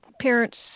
Parents